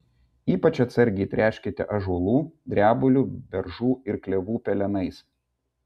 ypač atsargiai tręškite ąžuolų drebulių beržų ir klevų pelenais